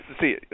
See